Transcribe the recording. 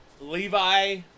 Levi